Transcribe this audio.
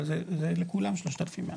אבל זה לכולם 3,100,